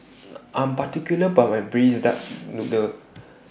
I Am particular about My Braised Duck Noodle